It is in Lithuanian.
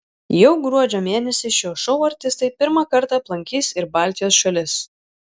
jau gruodžio mėnesį šio šou artistai pirmą kartą aplankys ir baltijos šalis